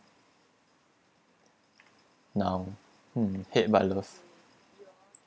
now mm hate but love